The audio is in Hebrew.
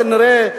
כנראה,